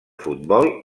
futbol